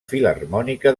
filharmònica